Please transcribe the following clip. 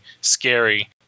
scary